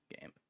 game